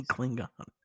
Klingon